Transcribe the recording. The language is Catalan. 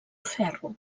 ferro